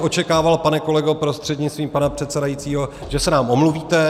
Očekával bych, pane kolego prostřednictvím pana předsedajícího, že se nám omluvíte.